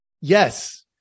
Yes